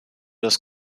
das